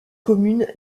commune